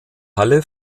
halle